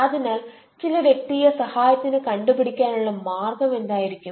അതിനാൽ ചില വ്യക്തിയെ സഹായത്തിന് കണ്ട് പിടിക്കാനുള്ള മാർഗം എന്തായിരിക്കും